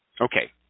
Okay